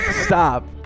stop